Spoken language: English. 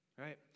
Right